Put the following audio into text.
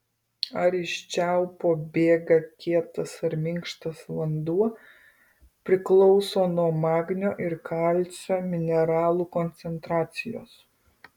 ar iš čiaupo bėga kietas ar minkštas vanduo priklauso nuo magnio ir kalcio mineralų koncentracijos